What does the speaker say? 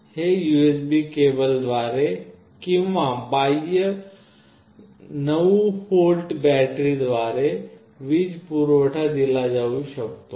हे यूएसबी केबलद्वारे किंवा बाह्य 9 व्होल्ट बॅटरी द्वारे वीज पुरवठा दिला जाऊ शकतो